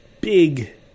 big